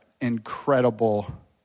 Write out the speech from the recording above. incredible